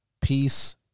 peace